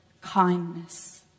kindness